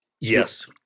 yes